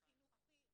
-- חינוכי,